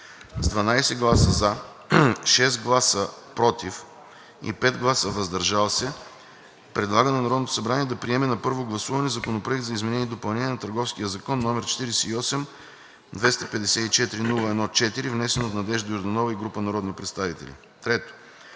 7 гласа „за“, без „против“ и 3 гласа „въздържал се“ предлага на Народното събрание да приеме на първо гласуване Законопроект за изменение и допълнение на Търговския закон, № 48-254-01-4, внесен от Надежда Йорданова и група народни представители. Въз